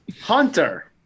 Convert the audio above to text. Hunter